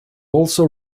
also